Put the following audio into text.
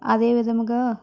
అదే విధముగా